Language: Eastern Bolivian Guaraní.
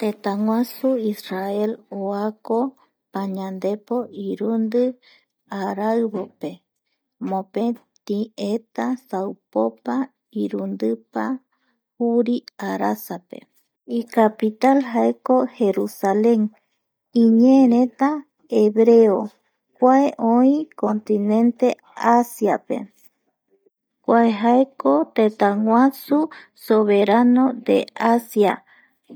﻿Tëtäguasu Israel oako pañandepo irundi araivope mopeti eta saupopa irundipa juri arasape icapital jaeko jerusalen iñeereta hebreo kua oï continente Asiape kua jaeko tëtäguasu soberano de Asia